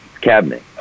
cabinet